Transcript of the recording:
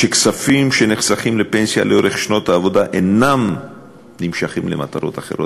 שכספים שנחסכים לפנסיה לאורך שנות העבודה אינם נמשכים למטרות אחרות,